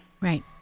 Right